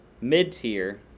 Mid-tier